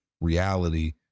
reality